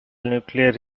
nuclear